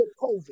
COVID